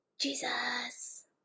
Jesus